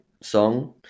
song